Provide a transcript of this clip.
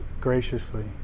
graciously